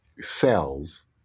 cells